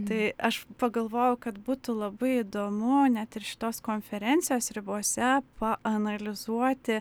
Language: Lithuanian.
tai aš pagalvojau kad būtų labai įdomu net ir šitos konferencijos ribose paanalizuoti